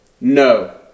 No